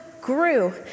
grew